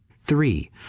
three